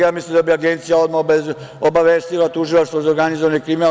Ja mislim da bi Agencija odmah obavestila Tužilaštvo za organizovani kriminal.